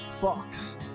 Fox